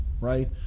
right